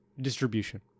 distribution